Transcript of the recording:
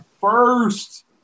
first